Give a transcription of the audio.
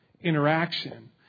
interaction